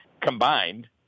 combined